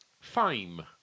Fame